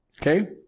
Okay